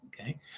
okay